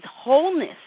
wholeness